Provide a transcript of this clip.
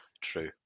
True